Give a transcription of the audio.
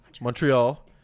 Montreal